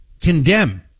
condemn